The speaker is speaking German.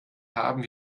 haben